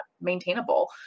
maintainable